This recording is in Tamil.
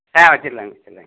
ஆ வெச்சிர்லாங்க வெச்சிர்லாங்க